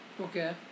Okay